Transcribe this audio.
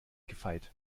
gefeit